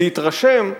להתרשם,